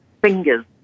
fingers